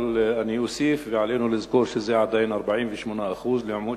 אבל אני אוסיף שעלינו לזכור שזה עדיין 48% לעומת